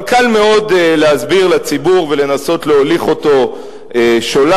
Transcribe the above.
אבל קל מאוד להסביר לציבור ולנסות להוליך אותו שולל,